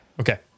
Okay